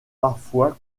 parfois